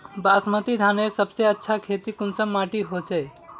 बासमती धानेर सबसे अच्छा खेती कुंसम माटी होचए?